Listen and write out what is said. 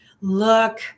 look